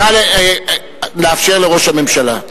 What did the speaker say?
נא לאפשר לראש הממשלה.